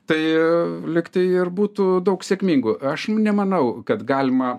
tai lyg tai ir būtų daug sėkmingų aš nemanau kad galima